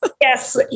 Yes